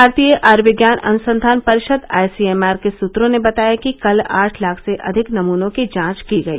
भारतीय आयुर्विज्ञान अनुसंधान परिषद् आईसीएमआर के सूत्रों ने बताया कि कल आठ लाख से अधिक नमूनों की जांच की गई